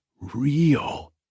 real